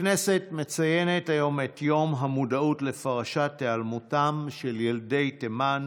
הכנסת מציינת היום את יום המודעות לפרשת היעלמותם של ילדי תימן,